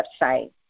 website